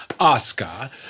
Oscar